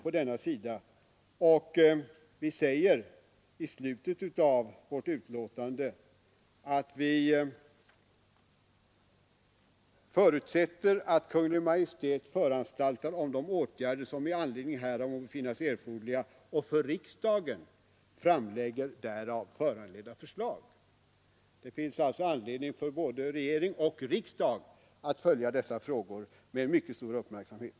Vi säger vidare i slutet av vårt betänkande att vi förutsätter att ”Kungl. Maj:t föranstaltar om de åtgärder som i anledning härav må befinnas erforderliga och för riksdagen framlägger därav föranledda förslag”. Det finns alltså anledning både för regeringen och för riksdagen att följa dessa frågor med mycket stor uppmärksamhet.